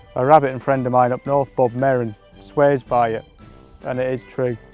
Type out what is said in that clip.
a rabbiting friend of mine up north bob merran swears by it and it is true.